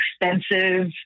expensive